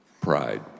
Pride